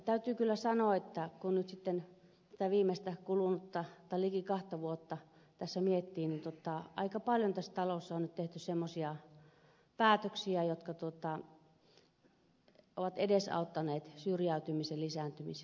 täytyy kyllä sanoa että kun nyt sitten näitä viimeisiä kuluneita liki kahta vuotta tässä miettii niin aika paljon tässä talossa on nyt tehty semmoisia päätöksiä jotka ovat edesauttaneet syrjäytymisen lisääntymistä